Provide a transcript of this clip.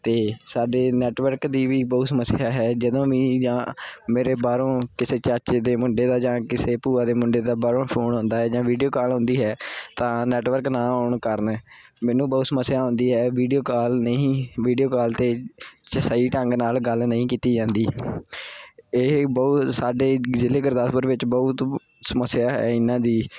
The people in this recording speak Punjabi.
ਅਤੇ ਸਾਡੇ ਨੈਟਵਰਕ ਦੀ ਵੀ ਬਹੁਤ ਸਮੱਸਿਆ ਹੈ ਜਦੋਂ ਵੀ ਜਾਂ ਮੇਰੇ ਬਾਹਰੋਂ ਕਿਸੇ ਚਾਚੇ ਦੇ ਮੁੰਡੇ ਦਾ ਜਾਂ ਕਿਸੇ ਭੂਆ ਦੇ ਮੁੰਡੇ ਦਾ ਬਾਹਰੋਂ ਫੋਨ ਆਉਂਦਾ ਹੈ ਜਾਂ ਵੀਡੀਓ ਕਾਲ ਆਉਂਦੀ ਹੈ ਤਾਂ ਨੈਟਵਰਕ ਨਾ ਆਉਣ ਕਾਰਨ ਮੈਨੂੰ ਬਹੁਤ ਸਮੱਸਿਆ ਆਉਂਦੀ ਹੈ ਵੀਡੀਓ ਕਾਲ ਨਹੀਂ ਵੀਡੀਓ ਕਾਲ 'ਤੇ ਸ ਸਹੀ ਢੰਗ ਨਾਲ ਗੱਲ ਨਹੀਂ ਕੀਤੀ ਜਾਂਦੀ ਇਹ ਬਹੁਤ ਸਾਡੇ ਜ਼ਿਲ੍ਹੇ ਗੁਰਦਾਸਪੁਰ ਵਿੱਚ ਬਹੁਤ ਸਮੱਸਿਆ ਹੈ ਇਹਨਾਂ ਦੀ